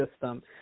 system